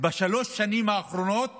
בשלוש השנים האחרונות